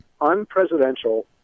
unpresidential